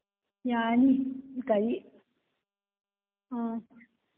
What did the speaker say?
ꯌꯥꯅꯤ ꯒꯥꯔꯤ ꯑꯥ